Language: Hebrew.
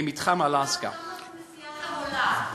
ממתחם אל-אקצא, עוד מעט גם על כנסיית המולד.